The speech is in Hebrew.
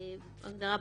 "במועד",